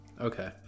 okay